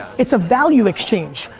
it's a value exchange.